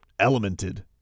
elemented